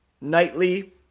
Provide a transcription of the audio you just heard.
nightly